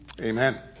Amen